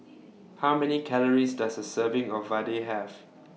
How Many Calories Does A Serving of Vadai Have